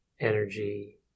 energy